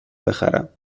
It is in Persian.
بخرم